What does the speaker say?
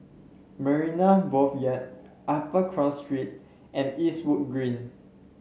Marina Boulevard Upper Cross Street and Eastwood Green